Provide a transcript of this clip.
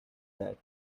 that